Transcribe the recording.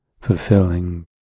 fulfilling